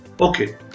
Okay